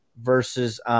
versus